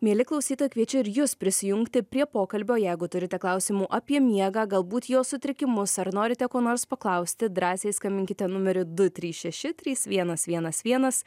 mieli klausytojai kviečiu ir jus prisijungti prie pokalbio jeigu turite klausimų apie miegą galbūt jo sutrikimus ar norite ko nors paklausti drąsiai skambinkite numeriu du trys šeši trys vienas vienas vienas